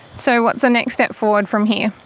so what's the next step forward from here?